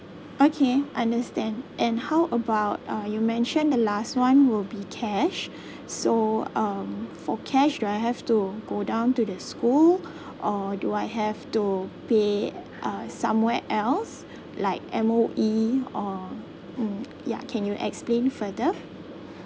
okay understand and how about uh you mention the last one will be cash so um for cash do I have to go down to the school or do I have to pay uh somewhere else like M_O_E or mm ya can you explain further